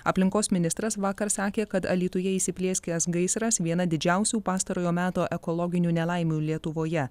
aplinkos ministras vakar sakė kad alytuje įsiplieskęs gaisras viena didžiausių pastarojo meto ekologinių nelaimių lietuvoje